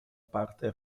parte